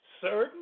certain